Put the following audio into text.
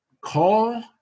Call